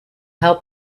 help